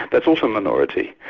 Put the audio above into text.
that's also a minority.